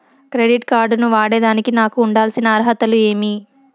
Credit card ను వాడేదానికి నాకు ఉండాల్సిన అర్హతలు ఏమి?